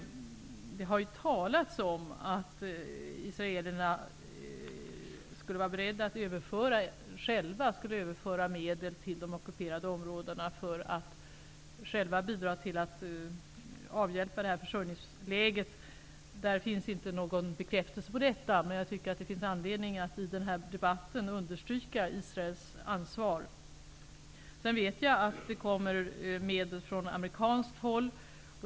Det har talats om att israelerna skulle vara beredda att själva föra över medel till de ockuperade områdena för att bidra till att avhjälpa försörjningsläget. Men det finns inte någon bekräftelse på detta. Det finns anledning att i denna debatt understryka Israels ansvar. Jag vet att det kommer medel från amerikanskt håll.